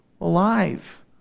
alive